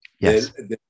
Yes